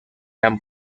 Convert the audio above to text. han